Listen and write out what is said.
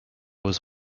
was